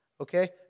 Okay